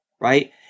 right